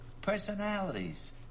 Personalities